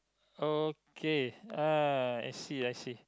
okay ah I see I see